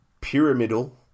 pyramidal